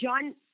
John